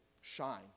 shine